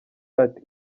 ati